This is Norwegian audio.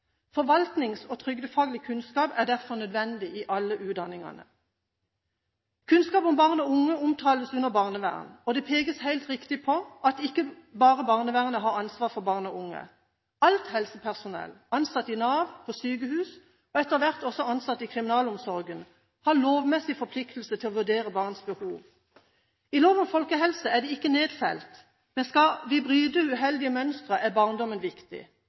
Forvaltnings- og trygdefaglig kunnskap er derfor nødvendig i alle utdanningene. Kunnskap om barn og unge omtales under kapitlet «Barnevern», og det pekes, helt riktig, på at det ikke bare er barnevernet som har ansvar for barn og unge. Alt helsepersonell, ansatte i Nav, på sykehus og etter hvert også ansatte i kriminalomsorgen har lovmessig forpliktelse til å vurdere barns behov. I lov om folkehelse er det ikke nedfelt, men skal man bryte uheldige mønstre, er barndommen viktig,